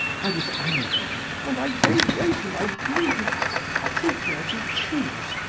i was angry and i gave way to my grief treat me as you choose,